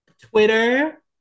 Twitter